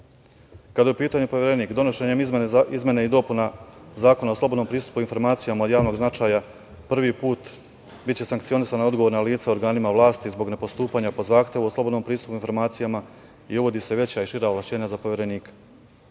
je u pitanju Poverenik, donošenjem izmena i dopuna Zakona o slobodnom pristupu informacijama od javnog značaja prvi put biće sankcionisana odgovorna lica u organima vlasti zbog nepostupanja po zahtevu o slobodnom pristupu informacijama i uvodi se veća i šira ovlašćenja za Poverenika. Predložene